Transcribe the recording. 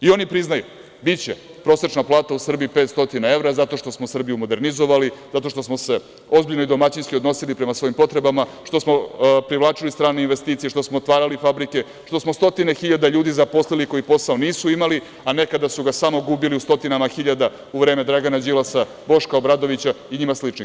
I oni priznaju, biće prosečna plata u Srbiji 500 evra zato što smo Srbiju modernizovali, zato što smo se ozbiljno i domaćinski odnosili prema svojim potrebama, što smo privlačili strane investicije, što smo otvarali fabrike, što smo stotine hiljada ljudi zaposlili koji posao nisu imali, a nekada su ga samo gubili u stotinama hiljada u vreme Dragana Đilasa, Boška Obradovića i njima sličnim.